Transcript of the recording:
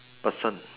person